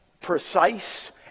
precise